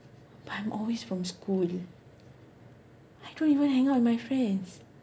but I'm always from school I don't even hang out with my friends